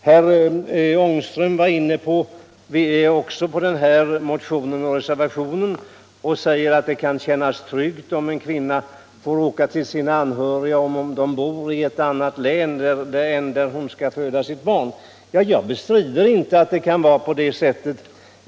Herr Ångström var också inne på den här reservationen och sade att det kan kännas tryggt om en kvinna får åka till anhöriga som bor i ett annat län än där hon skall föda sitt barn. Jag bestrider inte att det kan vara på det sättet.